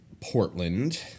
Portland